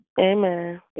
Amen